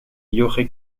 jorge